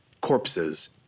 corpses